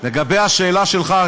לגבי השאלה שלך.